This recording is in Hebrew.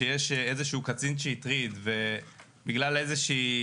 זה שיש איזשהו קצין שהטריד ובגלל איזושהי